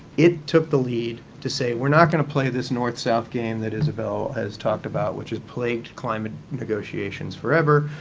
it took the lead to say, we're not going to play this north-south game that isabel has talked about which has plagued climate negotiations forever,